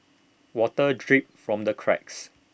water drips from the cracks